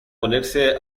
ponerse